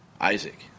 Isaac